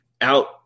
out